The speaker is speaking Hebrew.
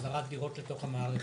החזרת דירות לתוך המערכת.